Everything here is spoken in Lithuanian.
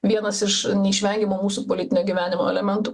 vienas iš neišvengiamų mūsų politinio gyvenimo elementų